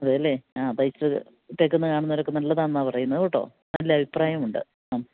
അതെയല്ലേ ആ തയ്ച്ചത് ഇട്ടിരിക്കുന്നത് കാണുന്നവരൊക്കെ നല്ലതാണെന്നാണ് പറയുന്നത് കേട്ടോ നല്ല അഭിപ്രായമുണ്ട് ആ